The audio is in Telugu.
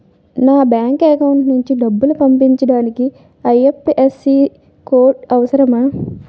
నా బ్యాంక్ అకౌంట్ నుంచి డబ్బు పంపించడానికి ఐ.ఎఫ్.ఎస్.సి కోడ్ అవసరమా?